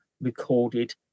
recorded